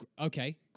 Okay